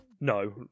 no